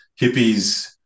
hippies